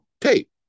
tape